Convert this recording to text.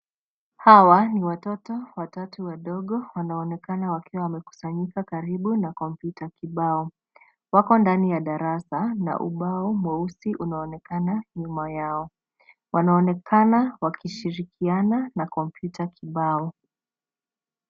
Hawa ni watoto watatu wadogo wanaoonekana wakiwa wamekusanyika karibu na kompyuta kibao. Wako ndani ya darasa na ubao mweusi unaonekana nyuma yao. Wanaonekana wakishirikiana na kompyuta kibao.